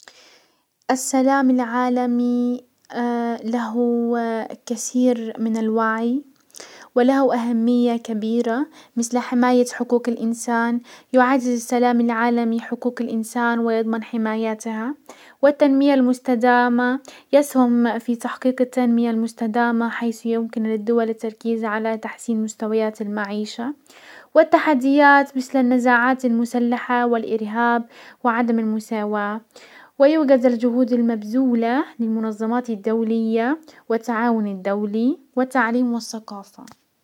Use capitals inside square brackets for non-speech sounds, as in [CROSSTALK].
السلام العالمي [HESITATION] له كسير من الوعي وله اهمية كبيرة مسل حماية حقوق الانسان. يعزز السلام العالمي حقوق الانسان ويضمن حمايتها، والتنمية المستدامة، يسهم في تحقيق التنمية المستدامة حيث يمكن للدول التركيز على تحسين مستويات المعيشة، والتحديات مسل النزاعات المسلحة والارهاب وعدم المساواة، ويوجد الجهود المبزولة للمنظمات الدولية والتعاون والتعليم والسقافة.